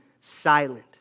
silent